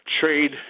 trade